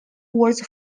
was